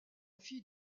fille